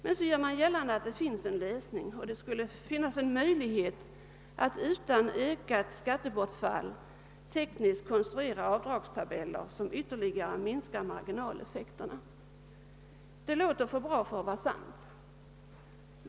Strax därefter gör reservanterna emellertid gällande, att det finns »möjligheter att utan ökat skattebortfall tekniskt konstruera avdragstabeller som ytterligare minskar marginaleffekterna». Det låter för bra för att vara sant.